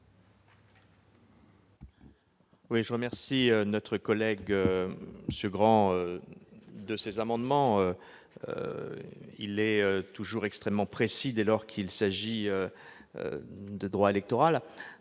? Je remercie M. Grand de ces amendements. Il est toujours extrêmement précis dès lors qu'il s'agit de droit électoral